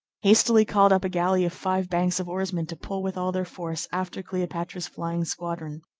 hastily called up a galley of five banks of oarsmen to pull with all their force after cleopatra's flying squadron.